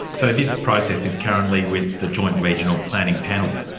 so this process is currently with the joint regional planning panel.